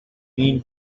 mean